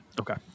Okay